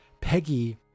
Peggy